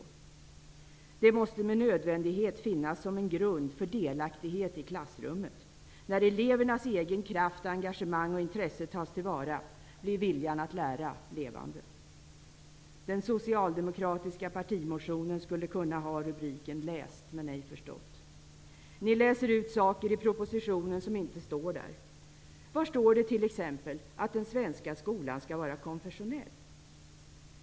Inflytandet måste med nödvändighet finnas som en grund för delaktighet i klassrummet. När elevernas egen kraft, engagemang och intresse tas tillvara, blir det en levande vilja att lära. Den socialdemokratiska partimotionen skulle kunna ha rubriken ''läst men ej förstått''. Ni läser ut saker i propositionen som inte står där. Var står det t.ex. att den svenska skolan skall vara konfessionell?